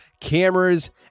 Cameras